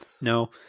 no